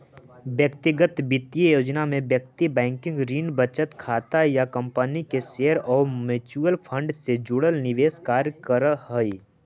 व्यक्तिगत वित्तीय योजना में व्यक्ति बैंकिंग, ऋण, बचत खाता या कंपनी के शेयर आउ म्यूचुअल फंड से जुड़ल निवेश कार्य करऽ हइ